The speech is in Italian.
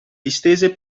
distese